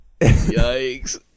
Yikes